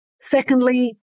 Secondly